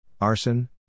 arson